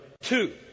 two